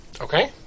Okay